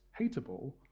hateable